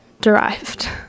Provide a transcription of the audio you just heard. derived